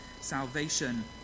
salvation